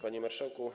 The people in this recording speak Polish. Panie Marszałku!